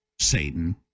Satan